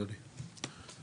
אדוני,